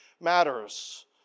matters